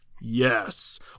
yes